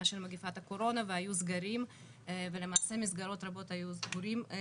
של מגפת הקורונה והיו סגרים ולמעשה מסגרות רבות היו סגורות ימים